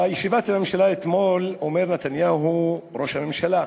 בישיבת הממשלה אתמול אמר נתניהו, ראש הממשלה,